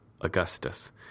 Augustus